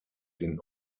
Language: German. den